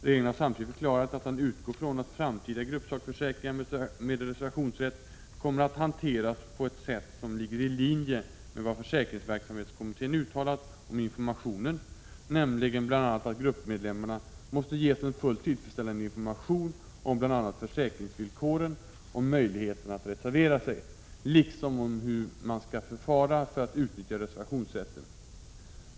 Regeringen har samtidigt förklarat att den utgår från att framtida gruppsakförsäkringar med reservationsrätt kommer att hanteras på ett sätt som ligger i linje med vad försäkringsverksamhetskommittén uttalat om informationen, nämligen bl.a. att gruppmedlemmarna måste ges en fullt tillfredsställande information om bl.a. försäkringsvillkoren och möjligheten att reservera sig, liksom om hur man skall förfara för att utnyttja reservationsrätten.